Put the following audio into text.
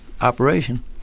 operation